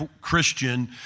Christian